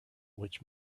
which